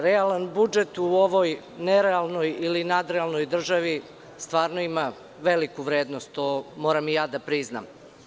Realan budžet u ovoj nerealnoj ili nadrealnoj državi stvarno ima veliku vrednost, to moram i ja da priznam.